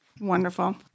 Wonderful